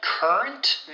Current